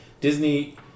Disney